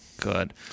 Good